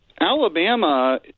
Alabama